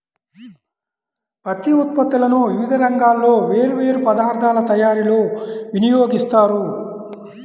పత్తి ఉత్పత్తులను వివిధ రంగాల్లో వేర్వేరు పదార్ధాల తయారీలో వినియోగిస్తారు